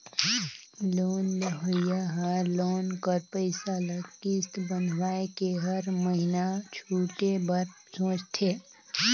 loan लेहोइया हर loan कर पइसा ल किस्त बंधवाए के हर महिना छुटे बर सोंचथे